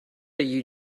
you